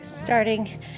starting